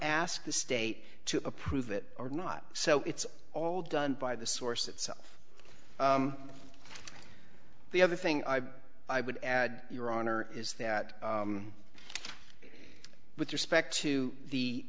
ask the state to approve it or not so it's all done by the source itself the other thing i would add your honor is that with respect to the